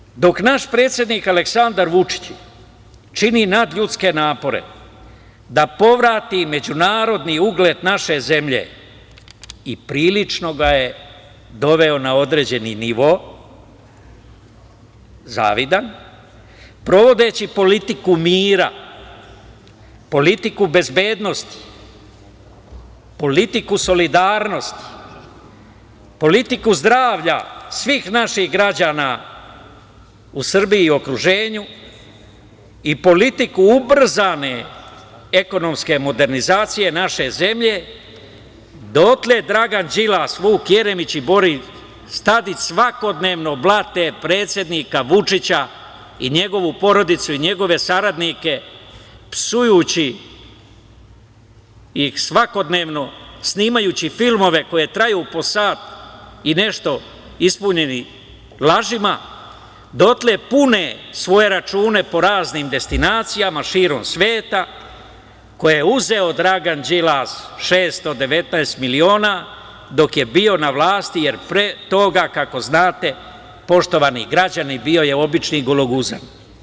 Na kraju, dok naš predsednik Aleksandar Vučić čini nadljudske napore da povrati međunarodni ugled naše zemlje i prilično ga je doveo na određeni nivo, zavidan, sprovodeći politiku mira, politiku bezbednosti, politiku solidarnosti, politiku zdravlja svih naših građana u Srbiji i okruženju i politiku ubrzane ekonomske modernizacije naše zemlje, dotle Dragan Đilas, Vuk Jeremić i Boris Tadić svakodnevno blate predsednika Vučića i njegovu porodicu i njegove saradnike, psujući ih svakodnevno, snimajući filmove koji traju po sat i nešto ispunjeni lažima, dotle pune svoje računa po raznim destinacijama širom sveta koje je uzeo Dragan Đilas, 619 miliona, dok je bio na vlasti, jer pre toga, kako znate, poštovani građani, bio je obični gologuzan.